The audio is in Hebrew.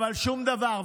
אבל שום דבר,